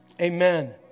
Amen